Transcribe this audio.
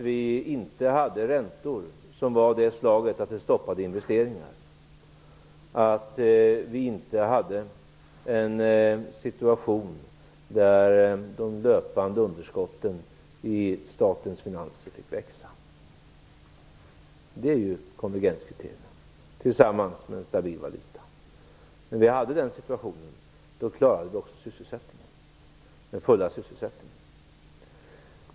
Vi hade inte räntor som var av det slaget att de stoppade investeringar. Vi hade inte en situation, där de löpande underskotten i statens finanser tilläts växa. Detta, tillsammans med en stabil valuta, är ju konvergenskriterierna. När vi hade den situationen, klarade vi också den fulla sysselsättningen.